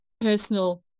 personal